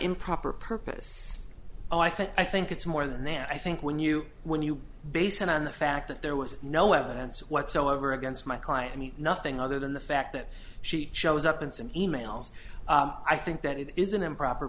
improper purpose i think it's more than then i think when you when you base it on the fact that there was no evidence whatsoever against my client mean nothing other than the fact that she shows up in some e mails i think that it is an improper